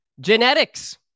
Genetics